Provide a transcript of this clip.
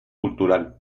cultural